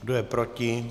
Kdo je proti?